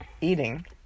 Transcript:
eating